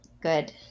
Good